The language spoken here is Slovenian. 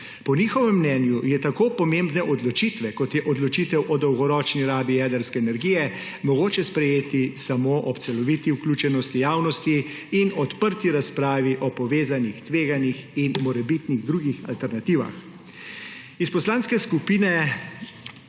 Po njihovem mnenju je tako pomembne odločitve, kot je odločitev o dolgoročni rabi jedrske energije, mogoče sprejeti samo ob celoviti vključenosti javnosti in odprti razpravi o povezanih tveganjih in morebitnih drugih alternativah. Iz Poslanske skupine